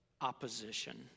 opposition